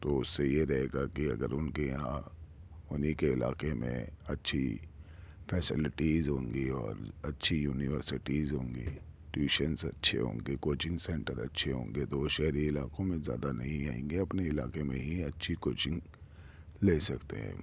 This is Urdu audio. تو اس سے یہ رہے گا کہ اگر ان کے یہاں انہیں کے علاقے میں اچھی فیسیلٹیز ہوں گی اور اچھی یونیورسٹیز ہوں گی ٹیوشنس اچھے ہوں گے کوچنگ سینٹر اچھے ہوں گے تو وہ شہری علاقوں میں زیادہ نہیں آئیں گے اپنے علاقے میں ہی اچھی کوچنگ لے سکتے ہیں